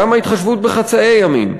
גם ההתחשבות בחצאי ימים,